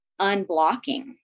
unblocking